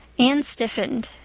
anne stiffened.